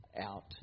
out